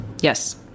Yes